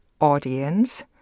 audience